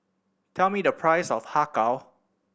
tell me the price of Har Kow